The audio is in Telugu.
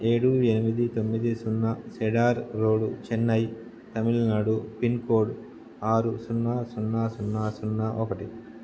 ఏడు ఎనిమిది తొమ్మిది సున్నా cedar road Chennai Tamil Nadu pincode ఆరు సున్నా సున్నా సున్నా సున్నా ఒకటి